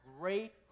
great